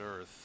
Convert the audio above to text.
Earth